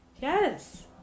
yes